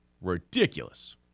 ridiculous